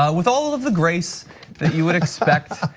ah with all of the grace that you would expect.